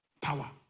Power